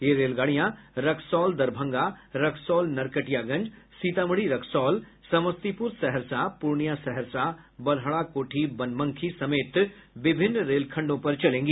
ये रेलगाड़ियां रक्सौल दरभंगा रक्सौल नरकटियागंज सीतामढ़ी रक्सौल समस्तीपुर सहरसा पूर्णिया सहरसा बड़हरा कोठी बनमनखी समेत विभिन्न रेलखंडों पर चलेंगी